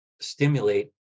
stimulate